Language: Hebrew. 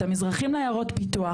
את המזרחים לעיירות פיתוח,